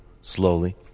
slowly